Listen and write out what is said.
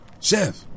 Chef